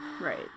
right